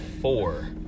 four